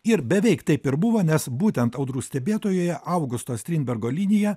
ir beveik taip ir buvo nes būtent audrų stebėtojuje augusto strindbergo linija